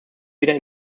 wieder